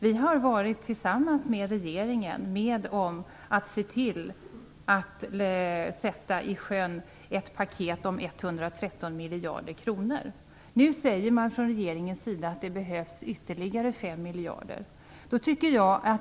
Vi har tillsammans med regeringen sett till att sätta i sjön ett paket om 113 miljarder kronor. Nu säger man från regeringens sida att det behövs ytterligare 5 miljarder.